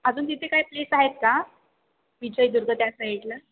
अजून तिथे काय प्लेस आहेत का विजयदुर्ग त्या साईटला